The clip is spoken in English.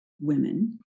women